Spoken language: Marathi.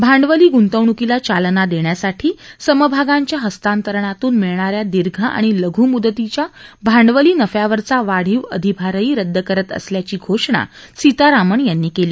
भांडवली ग्ंतवणूकीला चालना देण्यासाठी समभागांच्या हस्तांतरणातून मिळणाऱ्या दीर्घ आणि लघ् मूदतीच्या भांडवली नफ्यावरचा वाढीव अधिभारही रद्द करत असल्याची घोषणा सितारमण यांनी केली